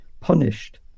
punished